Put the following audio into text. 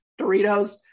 Doritos